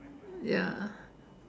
ya